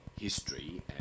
history